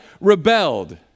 rebelled